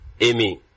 Amy